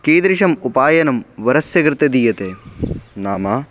कीदृशम् उपायनं वरस्य कृते दीयते नाम